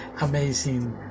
amazing